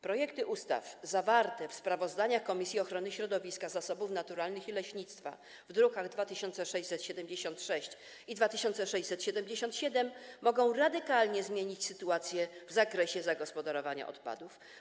Projekty ustaw zawarte w sprawozdaniach Komisji Ochrony Środowiska, Zasobów Naturalnych i Leśnictwa w drukach nr 2676 i 2677 mogą radykalnie zmienić sytuację w zakresie zagospodarowania odpadów.